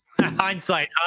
Hindsight